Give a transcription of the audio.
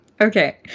okay